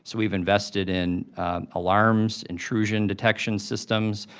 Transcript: so we've invested in alarms, intrusion detection systems,